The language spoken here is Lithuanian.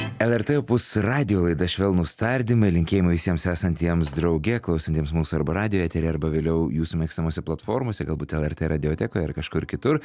lrt opus radijo laida švelnūs tardymai linkėjimai visiems esantiems drauge klausantiems mūsų arba radijo eteryje arba vėliau jūsų mėgstamose platformose galbūt lrt radiotekoje ar kažkur kitur